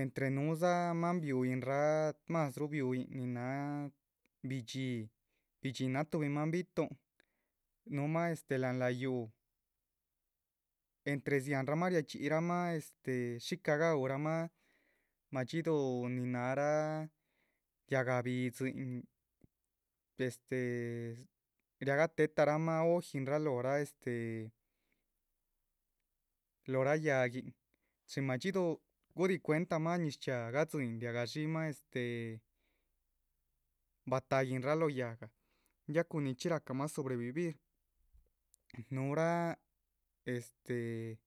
entre núhudza máan biuyinrah másruh bihuyin nin náha bi´dxihi, bi´dxihi náha. tuhbi maan bi´tuhn, núhumah este láhan láh yúuh, entre dziáhanramah riachxíyihmah este, shícah guhramah madxíduh nin náhara yáhga bídzin este riagah téhetaramah. hojinraa lóhoraa este lóhora yáhguin chin madxíduhu gudihi cuentamah ñiz chxiaa gadzíhin riagah shíhimah este batahguinrah lóho yáhga ya cun nichxí rahcamah sobrevivir. núhura este